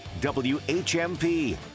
WHMP